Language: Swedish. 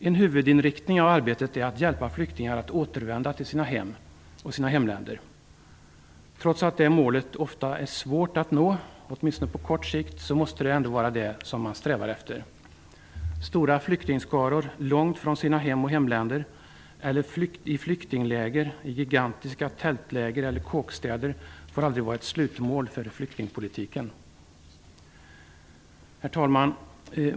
En huvudinriktning av arbetet är att hjälpa flyktingar att återvända till sina hem och hemländer. Trots att detta mål ofta är svårt att nå, åtminstone på kort sikt, måste det ändå vara detta man strävar efter. Stora flyktingskaror långt från sina hem och hemländer eller i flyktingläger, i gigantiska tältläger eller kåkstäder, får aldrig vara ett slutmål för flyktingpolitiken. Herr talman!